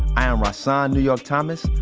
i am rahsaan new york thomas,